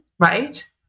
right